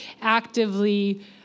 actively